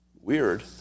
weird